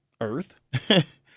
Earth